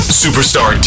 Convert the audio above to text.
superstar